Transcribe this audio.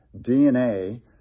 DNA